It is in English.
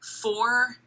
four